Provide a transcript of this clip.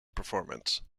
performance